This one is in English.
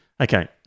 Okay